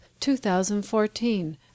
2014